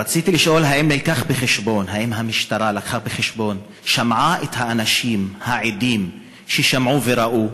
רציתי לשאול: האם המשטרה הביאה בחשבון ושמעה את העדים ששמעו וראו?